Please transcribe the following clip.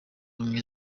ubumwe